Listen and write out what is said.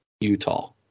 Utah